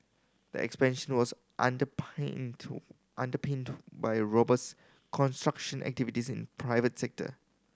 the expansion was under paint underpinned by robust construction activities in private sector